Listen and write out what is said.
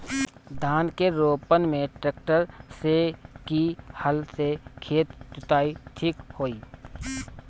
धान के रोपन मे ट्रेक्टर से की हल से खेत जोतल ठीक होई?